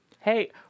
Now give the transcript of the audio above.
Hey